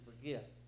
forget